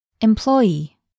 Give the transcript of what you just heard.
Employee